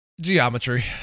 geometry